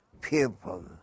people